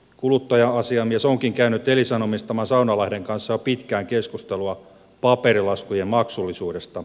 kuluttaja asiamies onkin käynyt elisan omistaman saunalahden kanssa jo pitkään keskustelua paperilaskujen maksullisuudesta